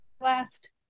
last